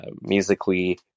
musically